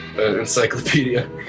encyclopedia